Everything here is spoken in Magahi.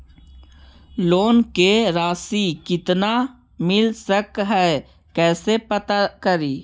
लोन के रासि कितना मिल सक है कैसे पता करी?